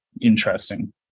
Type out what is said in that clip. interesting